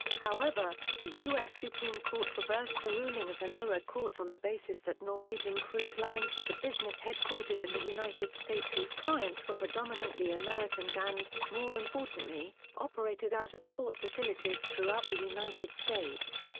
however, the u s. supreme court reversed the ruling of the lower courts on the basis that norwegian cruise lines was a business headquartered in the united states whose clients were predominantly americans and, more importantly, operated out of port facilities throughout the united states.